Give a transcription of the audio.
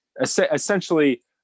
essentially